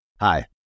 Hi